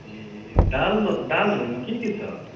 ए दाल दालहरूमा के के छ